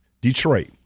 Detroit